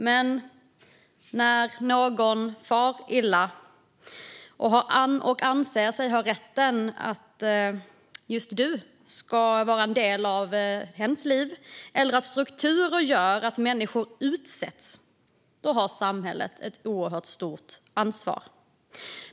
Samhället har dock ett oerhört stort ansvar när en person far illa eller utsätts på grund av att någon annan anser sig ha rätten till just den personen, att denne ska vara en del av deras liv, eller på grund av strukturer.